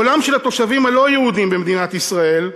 קולם של התושבים הלא-יהודים במדינת ישראל,